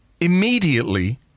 immediately